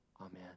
amen